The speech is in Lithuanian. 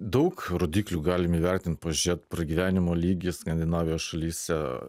daug rodiklių galim įvertint pažiūrėt pragyvenimo lygį skandinavijos šalyse